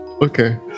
okay